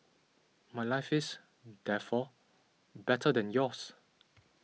my life is therefore better than yours